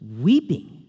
weeping